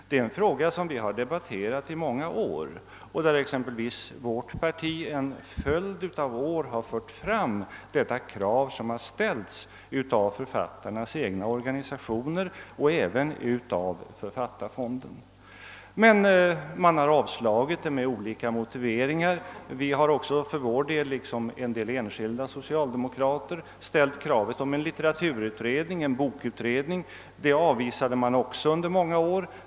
Det är en fråga som vi har debatterat i många år, och vårt parti har under en följd av år fört fram det krav som ställts av författarnas egna organisationer och av styrelsen för författarfonden. Men man har avslagit det med olika motiveringar. Vi har också för vår del, liksom en del enskilda socialdemokrater, ställt kravet på en litteraturutredning. Det kravet avvisades också under många år.